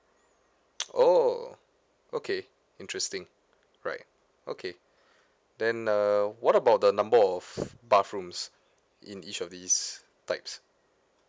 oh okay interesting right okay then uh what about the number of bathrooms in each of these types